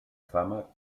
fama